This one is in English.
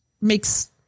makes